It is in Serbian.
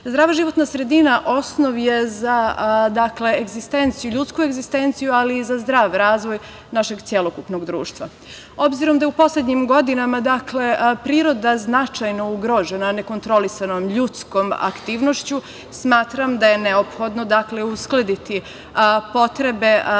životna sredina osnov je za ljudsku egzistenciju, ali i za zdrav razvoj našeg celokupnog društva. Obzorom da je u poslednjim godinama priroda značajno ugrožena nekontrolisanom ljudskom aktivnošću, smatram da je neophodno uskladiti realne